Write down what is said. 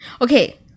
Okay